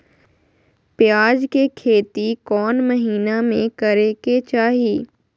प्याज के खेती कौन महीना में करेके चाही?